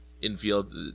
infield